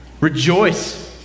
rejoice